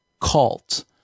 cult